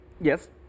Yes